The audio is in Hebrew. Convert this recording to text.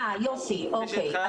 אה יופי, אוקי.